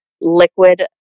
liquid